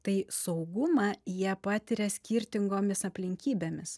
tai saugumą jie patiria skirtingomis aplinkybėmis